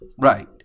Right